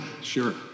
Sure